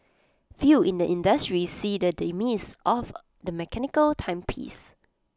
few in the industry see the demise of the mechanical timepiece